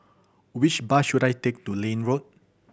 which bus should I take to Liane Road